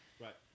Right